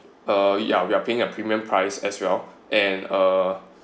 uh ya we are paying a premium price as well and uh